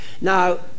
Now